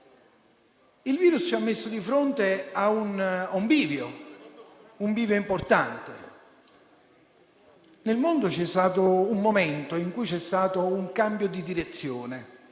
Il virus ci ha messo di fronte a un bivio importante. Nel mondo c'è stato un momento in cui si è verificato un cambio di direzione.